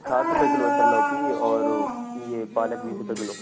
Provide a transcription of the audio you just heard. ساٹھ روپے کلو ہے سر لوکی اور یہ پالک بیس روپے کلو